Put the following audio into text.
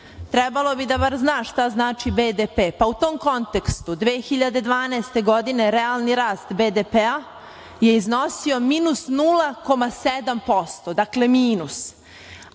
trebalo bi da bar zna šta znači BDP pa u tom kontekstu 2012. godine realni rast BDP-a je iznosio minus 0,7%, dakle, minus.